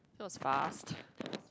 that was fast